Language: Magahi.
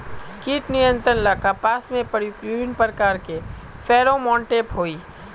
कीट नियंत्रण ला कपास में प्रयुक्त विभिन्न प्रकार के फेरोमोनटैप होई?